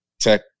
tech